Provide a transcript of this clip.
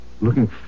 Looking